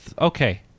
okay